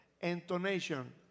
Intonation